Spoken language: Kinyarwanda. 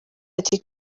ati